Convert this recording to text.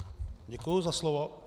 Děkuji za slovo.